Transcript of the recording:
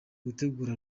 gutegura